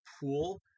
pool